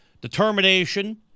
determination